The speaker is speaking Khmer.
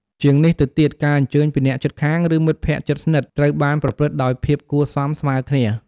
ជាងនេះទៅទៀត ការអញ្ជើញពីអ្នកជិតខាង ឬមិត្តភក្តិជិតស្និទ្ធត្រូវបានប្រព្រឹត្តដោយភាពគួរសមស្មើគ្នា។